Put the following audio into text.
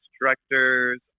directors